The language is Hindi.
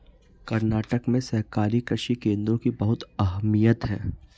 कर्नाटक में सहकारी कृषि केंद्रों की बहुत अहमियत है